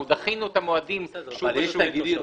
אנחנו דחינו את המועדים שוב ושוב.